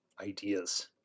ideas